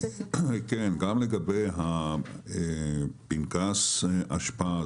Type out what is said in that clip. גם לגבי פנקס אשפה,